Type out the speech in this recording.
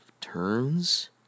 turns